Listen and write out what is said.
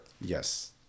yes